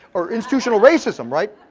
are institutional racism right?